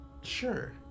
Sure